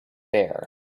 there